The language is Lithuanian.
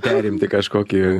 perimti kažkokį